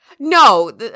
No